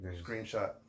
screenshot